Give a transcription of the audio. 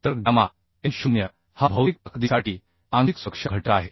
तर gamma m0 हा भौतिक ताकदीसाठी आंशिक सुरक्षा घटक आहे